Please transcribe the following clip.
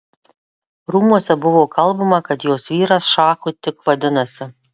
rūmuose buvo kalbama kad jos vyras šachu tik vadinasi